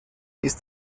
ist